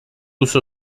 uso